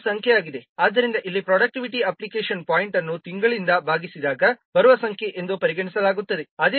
ಇದು ಸಂಖ್ಯೆಯಾಗಿದೆ ಆದ್ದರಿಂದ ಇಲ್ಲಿ ಪ್ರೋಡಕ್ಟಿವಿಟಿ ಅಪ್ಲಿಕೇಶನ್ ಪಾಯಿಂಟ್ ಅನ್ನು ತಿಂಗಳಿಂದ ಭಾಗಿಸಿದಾಗ ಬರುವ ಸಂಖ್ಯೆ ಎಂದು ಪರಿಗಣಿಸಲಾಗುತ್ತದೆ